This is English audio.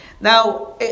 Now